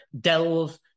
delve